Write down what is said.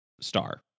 star